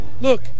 Look